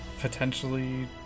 potentially